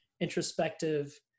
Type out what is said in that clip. introspective